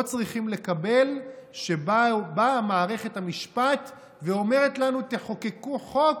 לא צריכים לקבל שבאה מערכת המשפט ואומרת לנו: תחוקקו חוק,